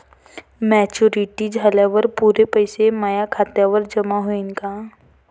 Maturity झाल्यावर पुरे पैसे माया खात्यावर जमा होईन का?